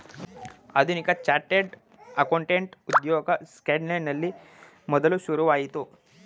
ಆಧುನಿಕ chartered accountant ಉದ್ಯೋಗ ಸ್ಕಾಟ್ಲೆಂಡಿನಲ್ಲಿ ಮೊದಲು ಶುರುವಾಯಿತು